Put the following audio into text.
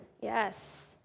yes